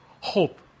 hope